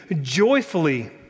Joyfully